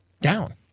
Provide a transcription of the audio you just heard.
Down